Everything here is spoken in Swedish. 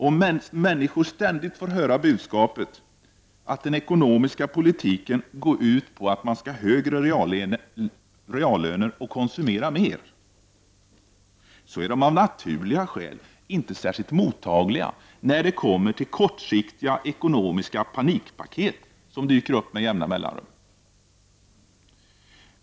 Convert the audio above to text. Om människor ständigt får höra budskapet att den ekonomiska politiken går ut på att de skall få högre reallöner och konsumera mer, är de av naturliga skäl inte särskilt mottagliga när de kortsiktiga ekonomiska panikpaketen dyker upp med jämna mellanrum.